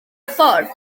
ffordd